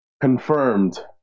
confirmed